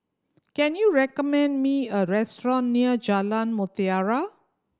can you recommend me a restaurant near Jalan Mutiara